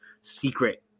secret